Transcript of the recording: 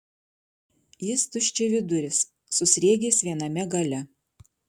jis tuščiaviduris su sriegiais viename gale